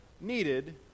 needed